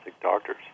doctors